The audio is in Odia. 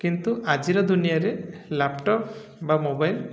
କିନ୍ତୁ ଆଜିର ଦୁନିଆରେ ଲ୍ୟାପଟପ୍ ବା ମୋବାଇଲ